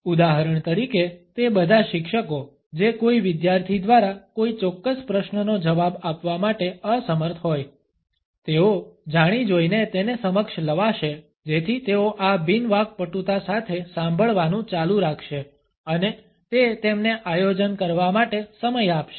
ઉદાહરણ તરીકે તે બધા શિક્ષકો કે જે કોઈ વિદ્યાર્થી દ્વારા કોઈ ચોક્કસ પ્રશ્નનો જવાબ આપવા માટે અસમર્થ હોય તેઓ જાણી જોઈને તેને સમક્ષ લવાશે જેથી તેઓ આ બિન વાકપટુતા સાથે સાંભળવાનું ચાલુ રાખશે અને તે તેમને આયોજન કરવા માટે સમય આપશે